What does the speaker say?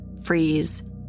freeze